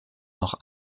noch